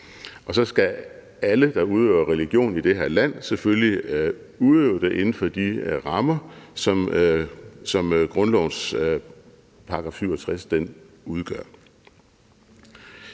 og så skal alle, der udøver religion i det her land, selvfølgelig udøve det inden for de rammer, som grundlovens § 67 udgør.